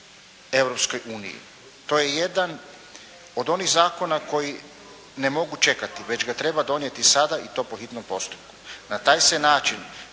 Europskoj uniji. To je jedna od onih zakona koji ne mogu čekati, već ga treba donijeti sada i to po hitnom postupku.